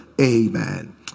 Amen